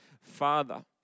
Father